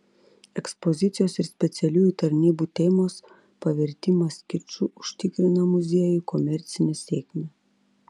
ekspozicijos ir specialiųjų tarnybų temos pavertimas kiču užtikrina muziejui komercinę sėkmę